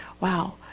Wow